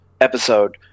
episode